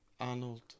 Arnold